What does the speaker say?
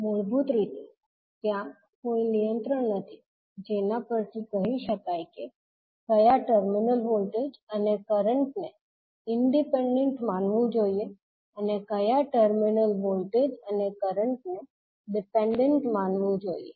મૂળભૂત રીતે ત્યાં કોઈ નિયંત્રણ નથી જેના પરથી કહી શકાય કે ક્યા ટર્મિનલ વોલ્ટેજ અને કરંટને ઇંડિપેન્ડન્ટ માનવું જોઈએ અને ક્યા ટર્મિનલ વોલ્ટેજ અને કરંટને ડિપેન્ડન્ટ માનવું જોઈએ